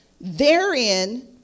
therein